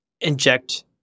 inject